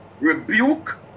rebuke